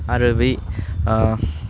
आरो बै आह